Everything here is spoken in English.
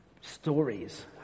stories